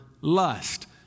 lust